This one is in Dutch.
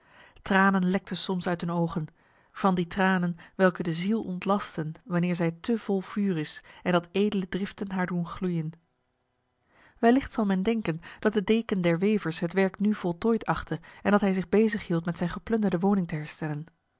tranen lekten soms uit hun ogen van die tranen welke de ziel ontlasten wanneer zij te vol vuur is en dat edele driften haar doen gloeien wellicht zal men denken dat de deken der wevers het werk nu voltooid achtte en dat hij zich bezighield met zijn geplunderde woning te herstellen